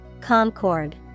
Concord